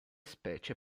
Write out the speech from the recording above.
specie